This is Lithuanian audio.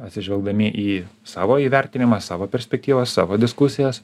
atsižvelgdami į savo įvertinimą savo perspektyvas savo diskusijas